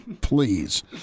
Please